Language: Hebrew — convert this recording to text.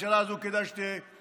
והממשלה הזו, כדאי שתתעשת